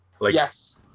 Yes